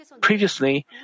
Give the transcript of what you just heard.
Previously